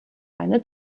eine